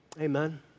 Amen